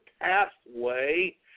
pathway